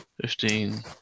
fifteen